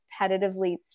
repetitively